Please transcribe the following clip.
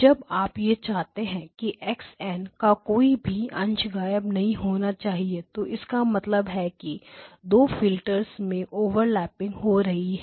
जब आप यह चाहते हैं कि x n का कोई भी अंश गायब नहीं होना चाहिए तो इसका मतलब है कि दो फिल्टर्स में ओवरलैपिंग हो रही है